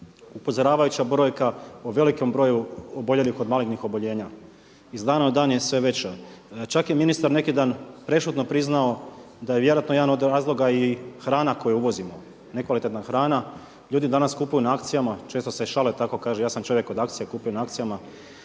upozoravajuća brojka o velikom broju oboljelih od malignih oboljenja, iz dana u dan je sve veća. Čak je ministar neki dan prešutno priznao da je vjerojatno jedan od razloga i hrana koju uvozimo, nekvalitetna hrana. Ljudi danas kupuju na akcijama, često se i šale tako, kaže ja sam čovjek od akcije, kupujem na akcijama.